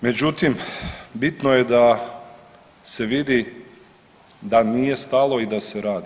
Međutim, bitno je da se vidi da nije stalo i da se radi.